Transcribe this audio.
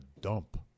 dump